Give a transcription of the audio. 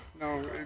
no